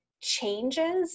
changes